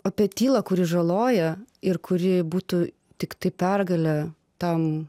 apie tylą kuri žaloja ir kuri būtų tiktai pergalė tam